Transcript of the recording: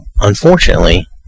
unfortunately